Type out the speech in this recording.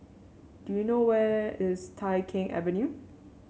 do you know where is Tai Keng Avenue